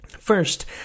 First